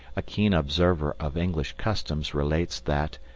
a keen observer of english customs relates that,